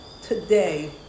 today